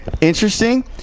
Interesting